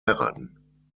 heiraten